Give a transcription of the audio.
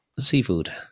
Seafood